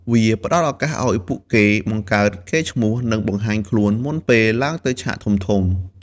វាផ្តល់ឱកាសឲ្យពួកគេបង្កើតកេរ្តិ៍ឈ្មោះ និងបង្ហាញខ្លួន មុនពេលឡើងទៅឆាកធំៗ។